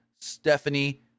Stephanie